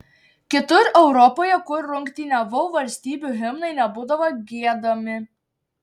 kitur europoje kur rungtyniavau valstybių himnai nebūdavo giedami